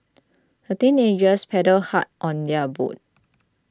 the teenagers paddled hard on their boat